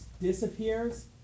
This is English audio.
disappears